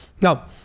Now